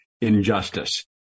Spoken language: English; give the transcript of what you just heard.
Injustice